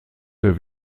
der